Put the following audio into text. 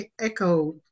Echo